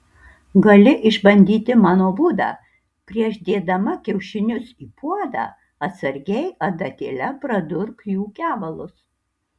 gali išbandyti mano būdą prieš dėdama kiaušinius į puodą atsargiai adatėle pradurk jų kevalus